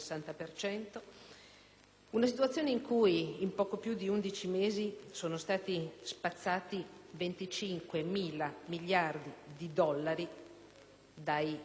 una situazione in cui in poco più di undici mesi sono stati spazzati 25.000 miliardi di dollari dai listini delle borse mondiali